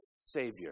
savior